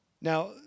Now